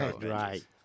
Right